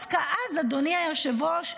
אדוני היושב-ראש,